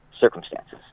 circumstances